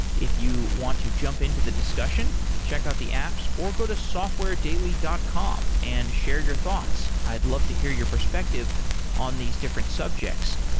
if you want to jump into the discussion, check out the apps or go to softwaredaily dot com and share your thoughts. i'd love to hear your perspective on these different subjects.